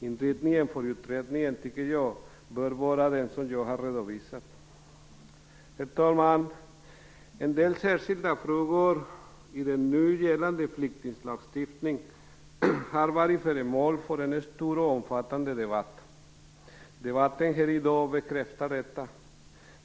Inriktningen för utredningen bör vara den som jag har redovisat. Herr talman! En del särskilda frågor i den nu gällande flyktinglagstiftningen har varit föremål för en stor och omfattande diskussion. Debatten här i dag bekräftar detta.